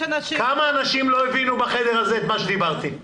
כמה אנשים לא הבינו בחדר הזה את מה שאמרתי?